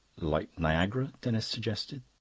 like niagara, denis suggested.